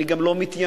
אני גם לא מתיימר,